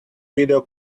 video